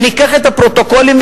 וניקח את הפרוטוקולים,